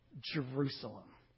Jerusalem